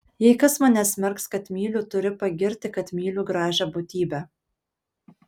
jei kas mane smerks kad myliu turi pagirti kad myliu gražią būtybę